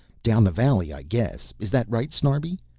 down the valley i guess, is that right, snarbi?